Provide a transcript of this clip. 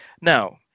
Now